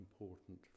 important